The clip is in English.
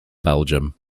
belgium